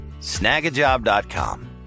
Snagajob.com